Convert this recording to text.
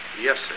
Yes